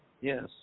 Yes